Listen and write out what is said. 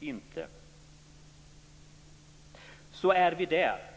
INTE Så är vi där.